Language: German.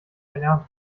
erlernt